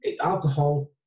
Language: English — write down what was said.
alcohol